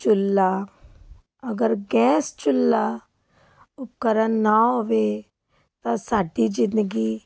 ਚੁੱਲ੍ਹਾ ਅਗਰ ਗੈਸ ਚੁੱਲ੍ਹਾ ਉਪਕਰਨ ਨਾ ਹੋਵੇ ਤਾਂ ਸਾਡੀ ਜ਼ਿੰਦਗੀ